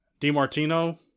DiMartino